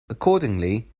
accordingly